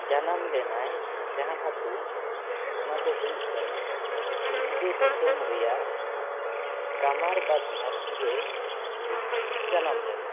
ᱡᱟᱱᱟᱢ ᱞᱮᱱᱟᱭ ᱡᱟᱦᱟᱸ ᱟᱛᱳ ᱚᱱᱟ ᱫᱚ ᱦᱩᱭᱩᱜ ᱠᱟᱱᱟ ᱥᱤᱞᱫᱟᱹ ᱫᱤᱥᱚᱢ ᱨᱮᱭᱟᱜ ᱠᱟᱢᱟᱨᱵᱟᱺᱫᱤ ᱟᱛᱳ ᱨᱮᱭ ᱡᱟᱱᱟᱢ ᱞᱮᱱᱟ